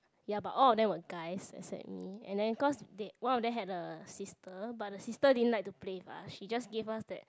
ya but all of them were guys except me and then cause they one of them had a sister but the sister didn't like to play with us she just gave us that